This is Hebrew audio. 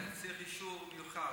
צריך אישור מיוחד.